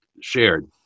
shared